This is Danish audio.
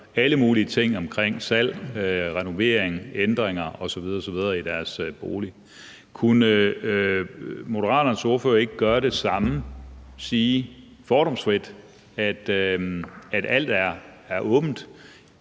alle mulige ting omkring salg, renovering, ændringer osv. osv. af deres bolig. Kunne Moderaternes ordfører ikke gøre det samme og sige fordomsfrit, at alt er åbent,